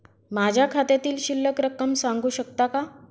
माझ्या खात्यातील शिल्लक रक्कम सांगू शकता का?